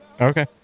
Okay